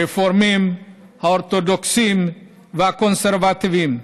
רפורמים, אורתודוקסים וקונסרבטיבים.